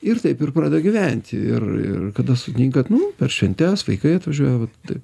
ir taip ir pradeda gyventi ir ir kada sutinkat nu per šventes vaikai atvažiuoja va tai